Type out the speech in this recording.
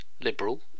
liberal